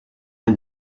est